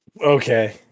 Okay